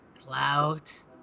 clout